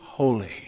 Holy